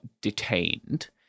detained